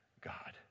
God